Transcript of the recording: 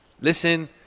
listen